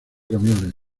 camiones